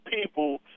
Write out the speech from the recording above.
people